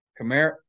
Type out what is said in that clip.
Kamara